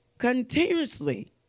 continuously